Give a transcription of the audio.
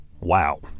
Wow